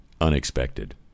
unexpected